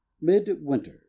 midwinter